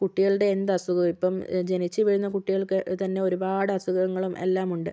കുട്ടികളുടെ എന്ത് അസുഖവും ഇപ്പം ജനിച്ചു വീഴുന്ന കുട്ടികൾക്ക് തന്നെ ഒരുപാട് അസുഖങ്ങളും എല്ലാം ഉണ്ട്